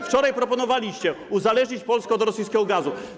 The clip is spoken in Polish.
Wczoraj proponowaliście, żeby uzależnić Polskę od rosyjskiego gazu.